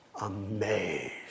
amazed